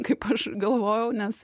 kaip aš galvojau nes